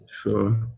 sure